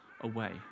away